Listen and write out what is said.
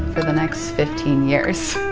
for the next fifteen years.